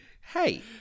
Hey